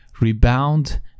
rebound